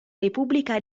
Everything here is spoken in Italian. repubblica